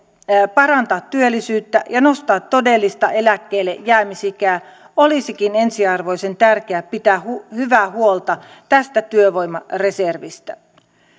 parantaa työllisyyttä ja nostaa todellista eläkkeellejäämisikää olisikin ensiarvoisen tärkeää pitää hyvää huolta tästä työvoimareservistä